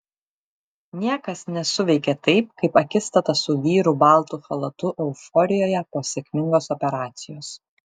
niekas nesuveikė taip kaip akistata su vyru baltu chalatu euforijoje po sėkmingos operacijos